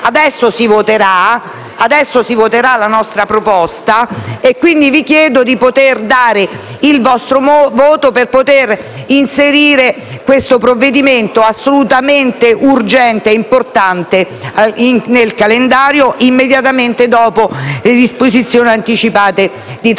Adesso si voterà la nostra proposta e, quindi, vi chiedo di poter dare il vostro voto per poter inserire il provvedimento assolutamente urgente e importante nel calendario, immediatamente dopo la conclusione dell'esame del provvedimento